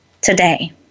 today